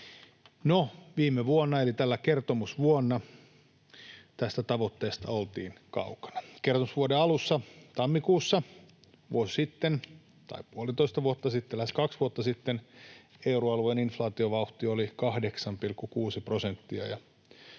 viime vuonna eli tänä kertomusvuonna tästä tavoitteesta oltiin kaukana. Kertomusvuoden alussa, tammikuussa vuosi sitten, tai puolitoista vuotta sitten, lähes kaksi vuotta sitten, euroalueen inflaatiovauhti oli 8,6 prosenttia